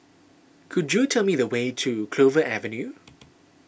could you tell me the way to Clover Avenue